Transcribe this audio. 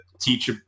teach